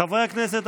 חברי הכנסת,